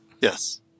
Yes